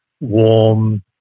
warm